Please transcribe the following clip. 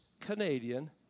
Canadian